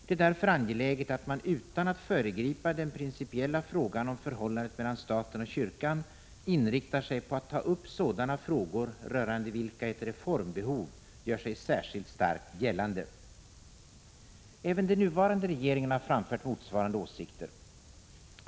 Det är därför angeläget att man utan att föregripa den principiella frågan om förhållandet mellan staten och kyrkan inriktar sig på att ta upp sådana frågor rörande vilka ett reformbehov gör sig särskilt starkt gällande.” Även den nuvarande regeringen har framfört motsvarande åsikter.